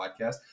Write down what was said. Podcast